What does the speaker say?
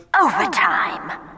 overtime